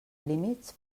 límits